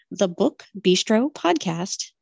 thebookbistropodcast